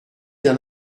d’un